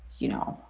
you know,